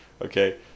Okay